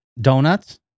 donuts